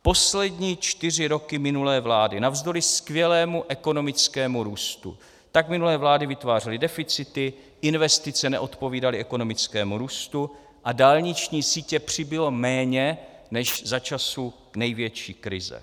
Poslední čtyři roky minulé vlády, navzdory skvělému ekonomickému růstu, tak minulé vlády vytvářely deficity, investice neodpovídaly ekonomickému růstu a dálniční sítě přibylo méně než za časů největší krize.